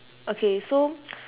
okay so